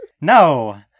No